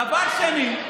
דבר שני,